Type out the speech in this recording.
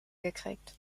gekriegt